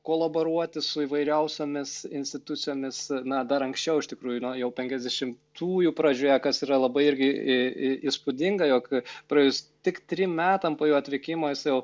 kolaboruoti su įvairiausiomis institucijomis na dar anksčiau iš tikrųjų na jau penkiasdešimtųjų pradžioje kas yra labai irgi i i įspūdinga jog praėjus tik trim metam po jo atvykimo jis jau